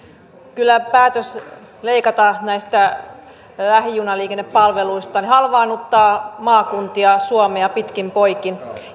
kyllä päätös leikata näistä lähijunaliikennepalveluista halvaannuttaa maakuntia suomea pitkin poikin